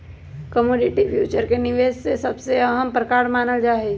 commodity future के निवेश के सबसे अहम प्रकार मानल जाहई